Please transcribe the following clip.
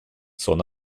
son